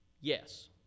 Yes